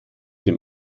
dem